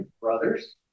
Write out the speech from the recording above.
brothers